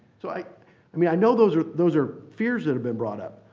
so i i mean i know those are those are fears that have been brought up.